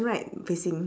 right facing